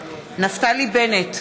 נפתלי בנט,